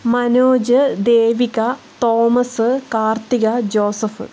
Manoj Devika Thomas Karthika Joseph